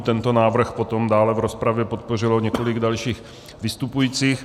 Tento návrh potom dále v rozpravě podpořilo několik dalších vystupujících.